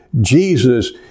Jesus